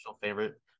favorite